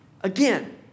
Again